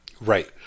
Right